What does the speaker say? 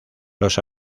los